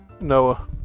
Noah